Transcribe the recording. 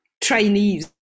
trainees